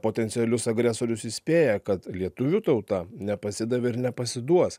potencialius agresorius įspėja kad lietuvių tauta nepasidavė ir nepasiduos